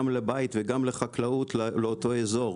גם למים וגם לחקלאות לאותו אזור,